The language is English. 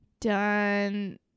done